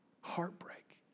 heartbreak